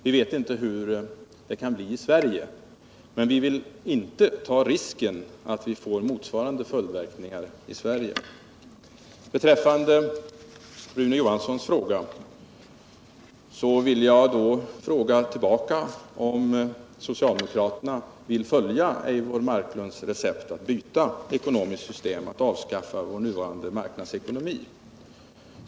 Vi vet inte hur det kan bli i Sverige, men vi vill inte ta risken att få motsvarande följdverkningar. Beträffande Rune Johanssons i Ljungby fråga vill jag fråga tillbaka, om socialdemokraterna vill följa Eivor Marklunds recept att byta ekonomiskt system, att avskaffa vår nuvarande marknadsekonomi.